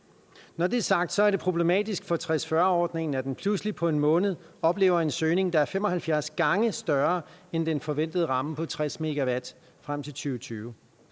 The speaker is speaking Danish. Når det er sagt, er det problematisk for 60-40-ordningen, at man pludselig på en måned oplever en søgning, der er 75 gange større end den forventede ramme på 60 MW frem til 2020.